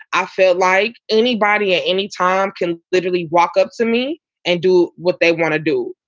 i feel like anybody at any time can literally walk up to me and do what they want to do.